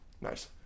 Nice